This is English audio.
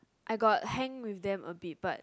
I got hang with them a bit but